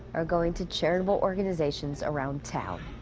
are going to charitable organizations around town.